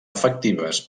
efectives